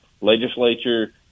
legislature